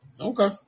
okay